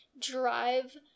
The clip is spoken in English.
drive